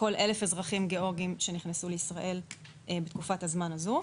לכל 1,000 אזרחים גיאורגים שנכנסו לישראל בתקופת הזמן הזאת,